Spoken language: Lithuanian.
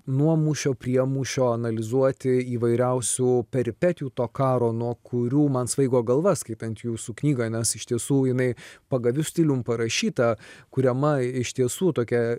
nuo mūšio prie mūšio analizuoti įvairiausių peripetijų to karo nuo kurių man svaigo galva skaitant jūsų knygą nes iš tiesų jinai pagaviu stilium parašyta kuriama iš tiesų tokia